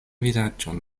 vizaĝon